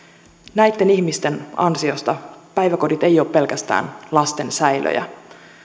näitten ihmisten ansiosta päiväkodit eivät ole pelkästään lasten säilöjä